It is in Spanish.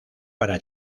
para